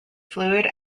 fluid